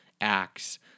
Acts